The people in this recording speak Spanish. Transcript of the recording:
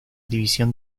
división